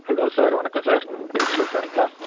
hello sir வணக்கம் sir principal சாருங்களா